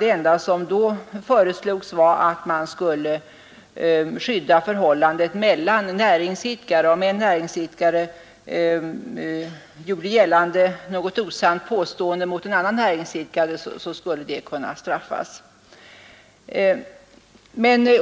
Det enda som då föreslogs var att man borde skydda förhållandet mellan olika näringsidkare. Om någon sådan kom med ett osant påstående mot någon annan näringsidkare skulle detta kunna straffas.